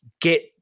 get